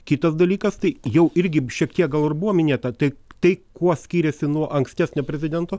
kitas dalykas tai jau irgi šiek tiek gal ir buvo minėta tai tai kuo skyrėsi nuo ankstesnio prezidento